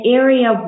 area